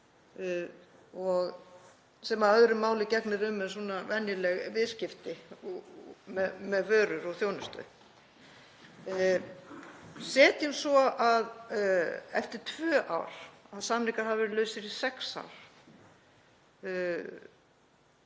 gegnir öðru máli um en um venjuleg viðskipti með vörur og þjónustu. Setjum svo að eftir tvö ár, og samningar hafi verið lausir í sex ár,